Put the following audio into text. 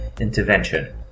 intervention